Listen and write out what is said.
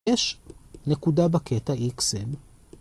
יש נקודה בקטע xn.